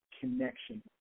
connection